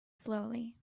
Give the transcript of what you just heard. slowly